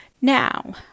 now